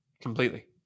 Completely